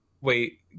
Wait